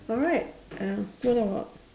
alright uh what about